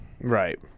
right